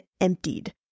emptied